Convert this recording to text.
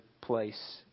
place